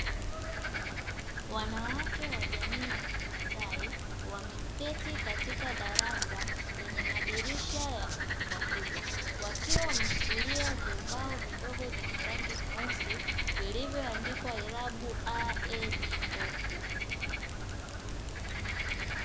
Wanawake wa jamii ya kimasai, wameketi katika darasa lenye madirisha makubwa; wakiwa wameshikilia viubao vidogo vyenye rangi vyeusi vilivyoandikwa irabu a, e, i, o, u.